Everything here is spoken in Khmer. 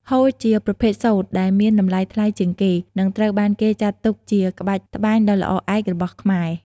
ហូល ជាប្រភេទសូត្រដែលមានតម្លៃថ្លៃជាងគេ និងត្រូវបានគេចាត់ទុកជាក្បាច់ត្បាញដ៏ល្អឯករបស់ខ្មែរ។